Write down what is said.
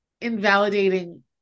invalidating